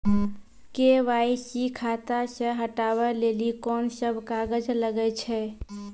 KYC खाता से हटाबै लेली कोंन सब कागज लगे छै?